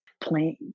playing